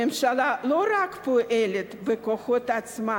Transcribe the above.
הממשלה לא רק לא פועלת בכוחות עצמה